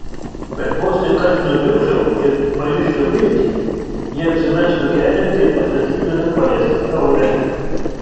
bet vos tik aš nudžiugčiau ir pajusčiau viltį ji apsimestų gerianti ir pastatytų nepaliestą taurę